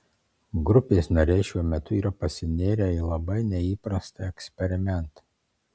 grupės nariai šiuo metu yra pasinėrę į labai neįprastą eksperimentą